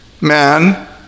man